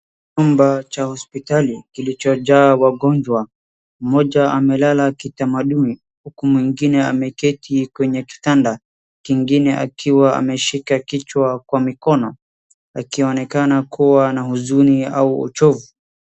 Chumba cha hospitali kilichojaa wagonjwa. Mmoja amelala kitamaduni, huku mwingine ameketi kwenye kitanda kingine akiwa ameshika kichwa kwa mikono, akionekana kuwa na huzuni au uchovu.